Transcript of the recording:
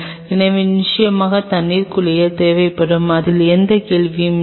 எனவே நிச்சயமாக தண்ணீர் குளியல் தேவைப்படும் அதில் எந்த கேள்வியும் இல்லை